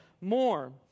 more